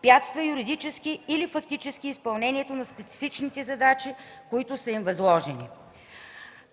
препятства юридически или фактически изпълнението на специфичните задачи, които са им възложени.